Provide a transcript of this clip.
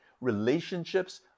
Relationships